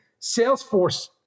Salesforce